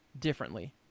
differently